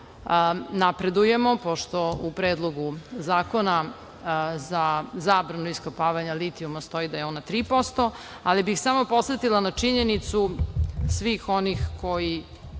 Napredujemo, pošto u Predlogu zakona za zabranu iskopavanja litijuma stoji da je ona 3%.Samo bih podsetila na činjenicu svih onih koji